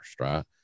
right